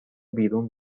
بیرون